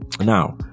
now